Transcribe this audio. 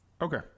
Okay